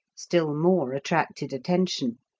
still more attracted attention.